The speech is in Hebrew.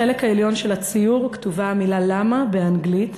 בחלק העליון של הציור כתובה המילה "למה" באנגלית,